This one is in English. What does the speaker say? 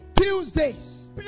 Tuesdays